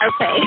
okay